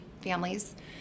families